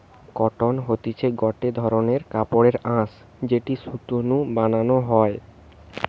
cotton হতিছে গটে ধরণের কাপড়ের আঁশ যেটি সুতো নু বানানো হয়